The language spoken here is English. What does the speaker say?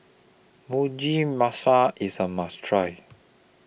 Mugi Meshi IS A must Try